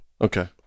okay